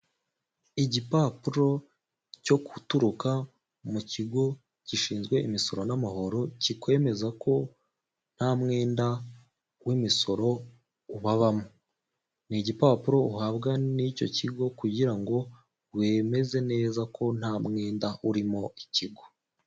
Igipapuro cyo guturuka mu kigo gishinzwe imisoro nmahoro kikwemeza ko nta mwenda w'imisoro ubabamo n'igipapuro uhabwa n'icyo kigo kugira ngo wemeze neza ko nta mwenda urimo ikigo.